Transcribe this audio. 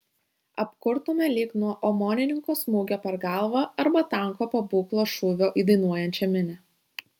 apkurtome lyg nuo omonininko smūgio per galvą arba tanko pabūklo šūvio į dainuojančią minią